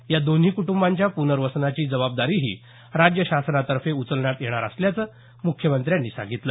या दोन्ही कुटंबांच्या प्नर्वसनाची जबाबदारीही राज्य शासनातर्फे उचलण्यात येणार असल्याचं मुख्यमंत्र्यांनी सांगितलं